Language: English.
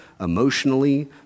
emotionally